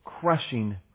crushing